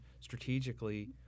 strategically